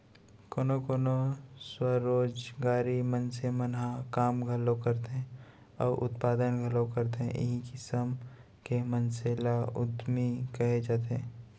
कोनो कोनो स्वरोजगारी मनसे मन ह काम घलोक करथे अउ उत्पादन घलोक करथे इहीं किसम के मनसे ल उद्यमी कहे जाथे